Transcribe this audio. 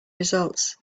results